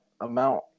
amount